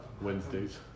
Wednesdays